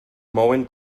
mouen